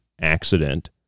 accident